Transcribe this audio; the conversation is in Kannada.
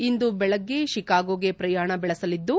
ಇಂದು ಬೆಳಗ್ಗೆ ಶಿಕಾಗೋಗೆ ಪ್ರಯಾಣ ಬೆಳೆಸಲಿದ್ದು